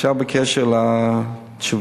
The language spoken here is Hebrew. עכשיו בקשר לשאילתא: